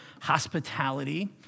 hospitality